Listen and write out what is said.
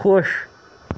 خۄش